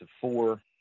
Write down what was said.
four